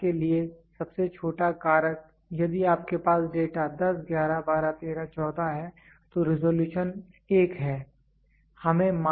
उदाहरण के लिए सबसे छोटा कारक यदि आपके पास डेटा 10 11 12 13 14 है तो रेजोल्यूशन 1 है